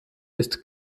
ist